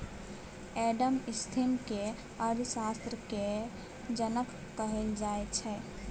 Adam Smith केँ अर्थशास्त्र केर जनक कहल जाइ छै